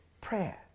prayer